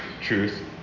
truth